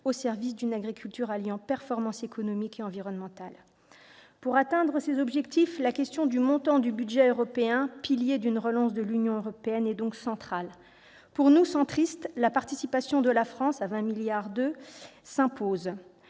au service d'une agriculture alliant performances économiques et environnementales. Pour atteindre ces objectifs, la question du montant du budget européen, pilier d'une relance de l'Union européenne, est donc centrale. Pour nous, centristes, la participation de la France, à hauteur de 20,2 milliards d'euros